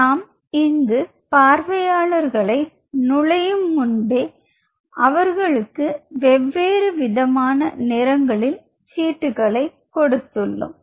நாம் இங்கு பார்வையாளர்களை நுழையும் முன்பே அவர்களுக்கு வெவ்வேறு விதமான நிறங்களில் சீட்டுகளை கொடுத்துள்ளோம்